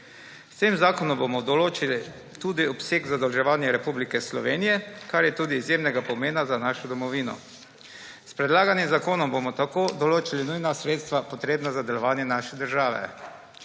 S tem zakonom bomo določili tudi obseg zadolževanja Republike Slovenije, kar je tudi izjemnega pomena za našo domovino. S predlaganim zakonom bomo tako določili nujna sredstva, potrebna za delovanje naše države.